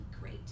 great